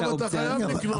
חלב אתה חייב לקנות.